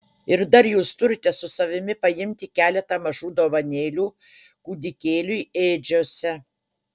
ir dar jūs turite su savimi paimti keletą mažų dovanėlių kūdikėliui ėdžiose